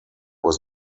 was